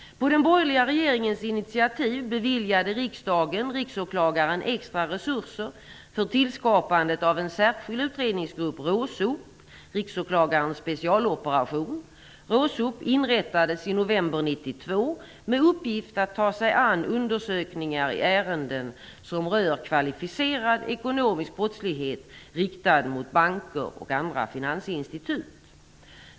På den borgerliga regeringens initiativ beviljade riksdagen Riksåklagaren extra resurser för tillskapandet av en särskild utredningsgrupp, RÅSOP, Riksåklagarens specialoperation. RÅSOP inrättades i november 1992 med uppgift att ta sig an undersökningar i ärenden som rör kvalificerad ekonomisk brottslighet riktad mot banker och andra finansinstitut.